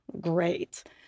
great